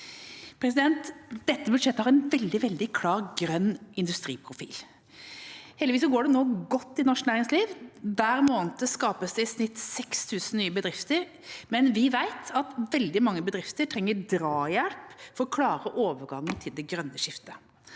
tynnere. Dette budsjettet har en veldig klar grønn industriprofil. Heldigvis går det nå godt i norsk næringsliv. Hver måned skapes det i snitt 6 000 nye bedrifter, men vi vet at veldig mange bedrifter trenger drahjelp for å klare overgangen til det grønne skiftet.